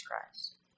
Christ